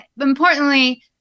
importantly